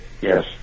Yes